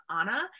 Anna